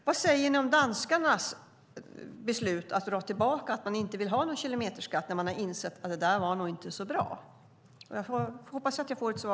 Vad säger ni om danskarnas beslut om att de inte vill ha någon kilometerskatt? De har insett att den nog inte var så bra. Jag hoppas att jag får ett svar nu.